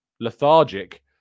lethargic